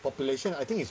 population I think it's